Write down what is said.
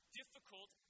difficult